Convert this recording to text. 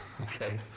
okay